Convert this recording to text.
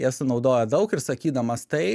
jie sunaudoja daug ir sakydamas tai